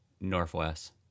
northwest